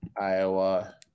Iowa